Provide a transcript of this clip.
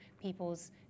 people's